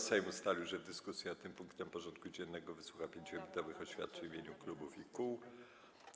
Sejm ustalił, że w dyskusji nad tym punktem porządku dziennego wysłucha 5-minutowych oświadczeń w imieniu klubów i koła.